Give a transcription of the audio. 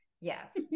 yes